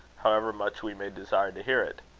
however much we may desire to hear it.